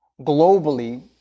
globally